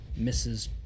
Mrs